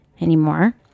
anymore